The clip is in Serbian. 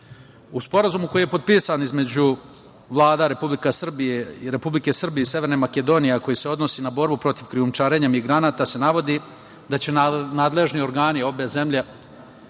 Sporazumu koji je potpisan između Vlade Republike Srbije i Severne Makedonije, a koji se odnosi na borbu protiv krijumčarenja migranata se navodi da će se nadležni organi obe zemlje